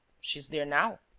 she's there now.